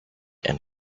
and